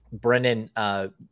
Brennan